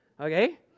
Okay